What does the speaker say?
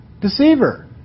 Deceiver